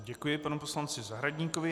Děkuji panu poslanci Zahradníkovi.